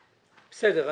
בסדר,